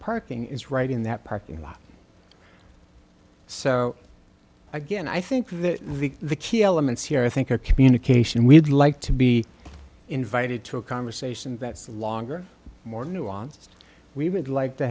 parking is right in that parking lot so again i think that the key elements here i think are communication we'd like to be invited to a conversation that's longer more nuanced we would like to